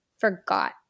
forgot